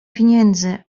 pieniędzy